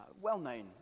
well-known